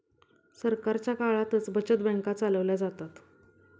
सरकारच्या काळातच बचत बँका चालवल्या जातात